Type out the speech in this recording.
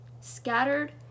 Scattered